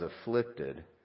afflicted